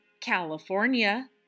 California